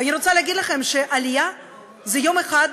ואני רוצה להגיד לכם שעלייה זה יום אחד,